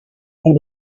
and